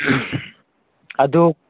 ꯑꯗꯨ